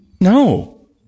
No